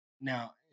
now